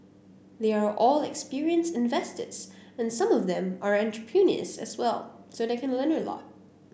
they are all experienced investors and some of them are entrepreneurs as well so they can learn a lot